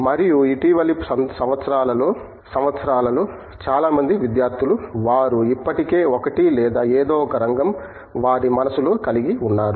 మరియు ఇటీవలి సంవత్సరాలలో చాలా మంది విద్యార్థులు వారు ఇప్పటికే ఒకటి లేదా ఎదో ఒక రంగం వారి మనస్సులో కలిగి ఉన్నారు